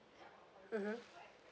mmhmm